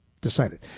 decided